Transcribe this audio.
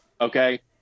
Okay